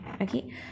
okay